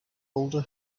older